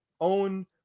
own